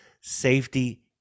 safety